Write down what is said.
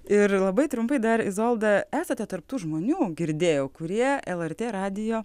ir labai trumpai dar izolda esate tarp tų žmonių girdėjau kurie lrt radijo